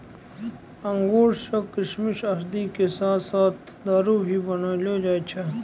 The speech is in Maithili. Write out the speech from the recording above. अंगूर सॅ किशमिश, औषधि के साथॅ साथॅ दारू भी बनैलो जाय छै